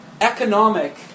economic